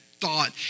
thought